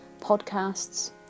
podcasts